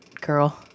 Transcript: girl